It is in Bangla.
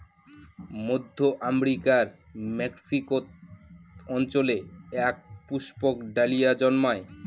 মধ্য আমেরিকার মেক্সিকো অঞ্চলে এক পুষ্পক ডালিয়া জন্মায়